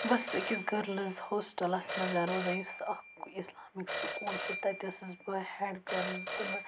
بہٕ ٲسٕس أکِس گَرٕلٕز ہوسٹَلَس منٛز روزان یُس اَکھ اِسلامِک سکوٗل چھِ تَتہِ ٲسٕس بہٕ ہِیٚڈ گَرٕل تِمَن